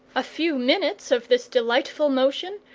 a few minutes of this delightful motion,